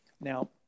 Now